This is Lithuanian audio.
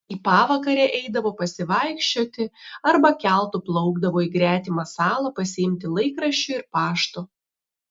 į pavakarę eidavo pasivaikščioti arba keltu plaukdavo į gretimą salą pasiimti laikraščių ir pašto